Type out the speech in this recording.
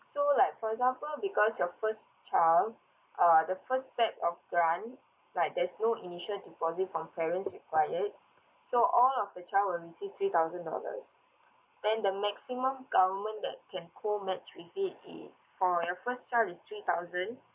so like for example because your first child uh the first step of grant like there's no initial deposit from parents required so all of the child will receive three thousand dollars then the maximum government that can call match with it is for your first child is three thousand